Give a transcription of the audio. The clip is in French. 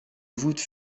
voûte